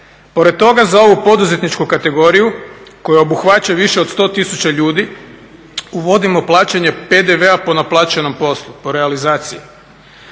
Pored toga za ovu poduzetničku kategoriju koja obuhvaća više od 100 tisuća ljudi uvodimo plaćanje PDV-a po naplaćenom poslu, po realizaciji.